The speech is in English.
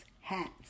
hats